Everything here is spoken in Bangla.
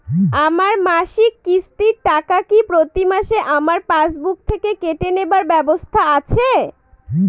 আমার মাসিক কিস্তির টাকা কি প্রতিমাসে আমার পাসবুক থেকে কেটে নেবার ব্যবস্থা আছে?